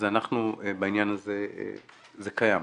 אז בעניין הזה זה קיים.